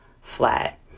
flat